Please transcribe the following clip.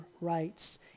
rights